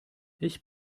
ich